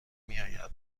میآید